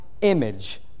image